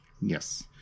Yes